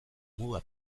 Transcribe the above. muga